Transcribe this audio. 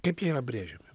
kaip jie yra brėžiami